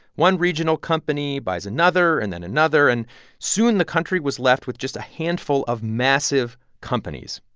one regional company buys another and then another. and soon the country was left with just a handful of massive companies,